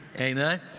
Amen